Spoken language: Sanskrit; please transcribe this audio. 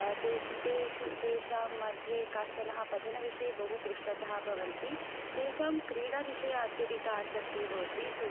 तेषां मध्ये काश्चनः पठनविषये बहु पृष्ठतः भवन्ति तेषां क्रीडाविषये अत्यधिका आसक्तिः भवति सो